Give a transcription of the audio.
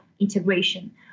integration